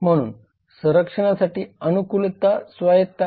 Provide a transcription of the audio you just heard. म्हणून संरक्षणासाठी अनुकूलता स्वायत्तता इ